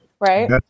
right